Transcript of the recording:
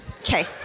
Okay